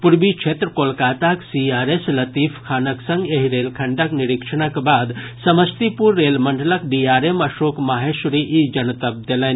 पूर्वी क्षेत्र कोलकाताक सीआरएस लतीफ खानक संग एहि रेलखंडक निरीक्षणक बाद समस्तीपुर रेल मंडलक डीआरएम अशोक माहेश्वरी ई जनतब देलनि